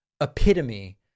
epitome